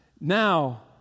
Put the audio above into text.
now